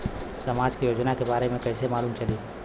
समाज के योजना के बारे में कैसे मालूम चली?